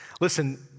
Listen